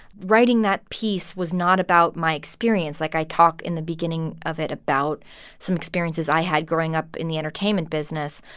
writing that piece was not about my experience. like, i talk in the beginning of it about some experiences i had growing up in the entertainment business,